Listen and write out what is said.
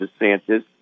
DeSantis